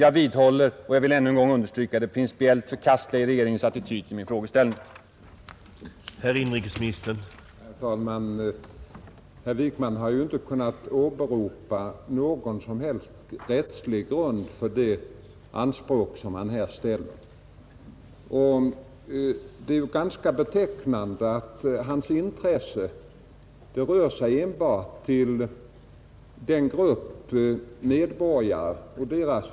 Jag vidhåller och vill ännu en gång understryka att regeringens attityd till min frågeställning är principiellt förkastlig.